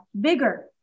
bigger